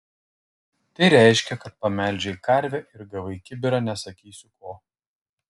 tai reiškia kad pamelžei karvę ir gavai kibirą nesakysiu ko